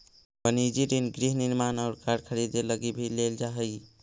वनिजी ऋण गृह निर्माण और कार खरीदे लगी भी लेल जा हई